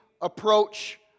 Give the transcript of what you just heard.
approach